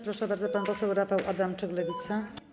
Proszę bardzo, pan poseł Rafał Adamczyk, Lewica.